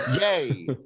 Yay